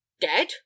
Dead